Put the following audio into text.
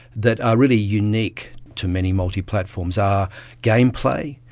that are really unique to many multi platforms are game play,